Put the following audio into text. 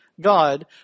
God